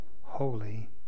holy